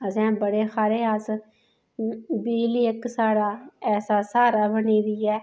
असें बड़े हारे अस बिजली इक साढ़ा ऐसा स्हारा बनी दी ऐ